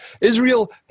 Israel